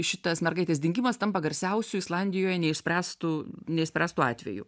šitas mergaitės dingimas tampa garsiausiu islandijoj neišspręstu neišspręstu atveju